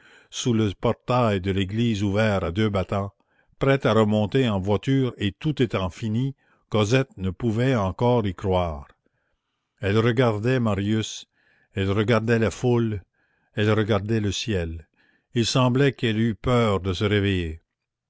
sous le portail de l'église ouvert à deux battants prêts à remonter en voiture et tout étant fini cosette ne pouvait encore y croire elle regardait marius elle regardait la foule elle regardait le ciel il semblait qu'elle eût peur de se réveiller